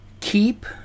keep